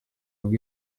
ubwo